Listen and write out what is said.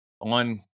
on